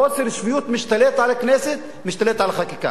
חוסר השפיות משתלט על הכנסת, משתלט על החקיקה.